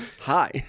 Hi